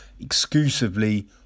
Exclusively